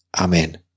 amen